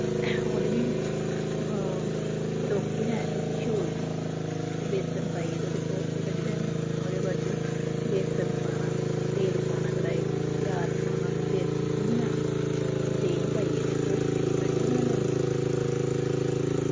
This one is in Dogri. ओह्दी बी लोह्की लैनी उस्सी शूरना ते बेसन पाइयै ओह्दे कोफते कड्ढी लैने ओह्दे बाद च बेसन पाना तेल पाना कड़ाही च ते प्याज पाना ते बेसन भुन्नी लैना ते देहीं पाइयै ते कोफते दी कढ़ी बनाई लैनी